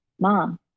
mom